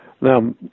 Now